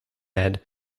ned